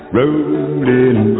rolling